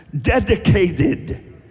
dedicated